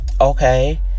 okay